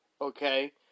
okay